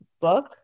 book